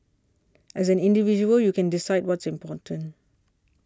as an individual you can decide what's important